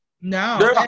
no